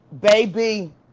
Baby